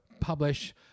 publish